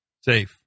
safe